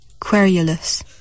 Querulous